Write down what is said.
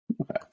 Okay